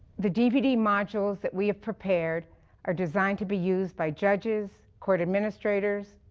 the dvd modules that we have prepared are designed to be used by judges, court administrators,